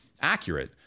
accurate